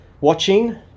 watching